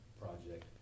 project